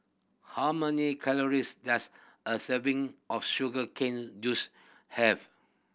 how many calories does a serving of sugar cane juice have